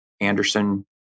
Anderson